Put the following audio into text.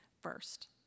first